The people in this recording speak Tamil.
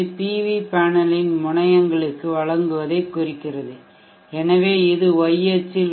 வி பேனலின் முனையங்களுக்கு வழங்குவதைக் குறிக்கிறது எனவே இது y அச்சில் உள்ளது